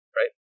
right